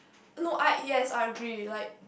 no I yes I agree like